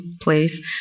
place